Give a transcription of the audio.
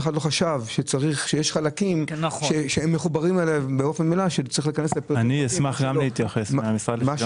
אני מהמשרד לשוויון וחברתי ואשמח להתייחס.